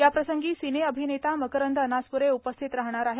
याप्रसंगी सिने अभिनेता मकरंद अनासप्रे उपस्थित राहणार आहेत